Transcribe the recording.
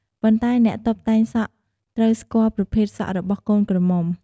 ប៉ុន្តែអ្នកតុបតែងសក់ត្រូវស្គាល់ប្រភេទសក់របស់កូនក្រមុំ។